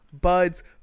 Buds